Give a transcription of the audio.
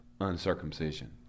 uncircumcision